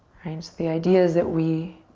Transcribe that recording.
right? so the idea is that we